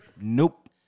Nope